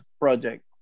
project